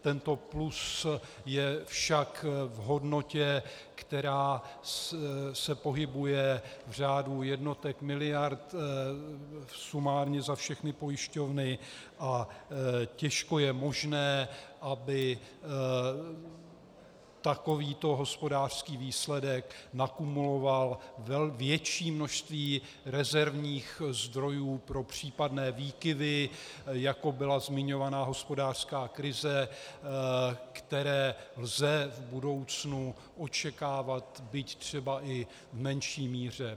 Tento plus je však v hodnotě, která se pohybuje v řádu jednotek miliard sumárně za všechny pojišťovny, a je těžko možné, aby takovýto hospodářský výsledek nakumuloval větší množství rezervních zdrojů pro případné výkyvy, jako byla zmiňovaná hospodářská krize, a které lze v budoucnu očekávat, byť třeba i v menší míře.